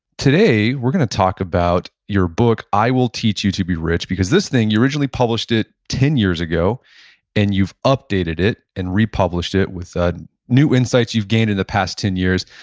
today we're going to talk about your book i will teach you to be rich because this thing you originally published it ten years ago and you've updated it and republished it with ah new insights you've gained in the past ten years.